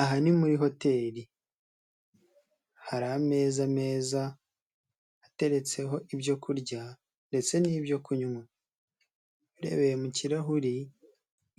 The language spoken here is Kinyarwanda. Aha ni muri hoteri, hari ameza meza ateretseho ibyo kurya ndetse n'ibyo kunywa, urebeye mu kirahuri